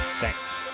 Thanks